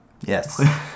yes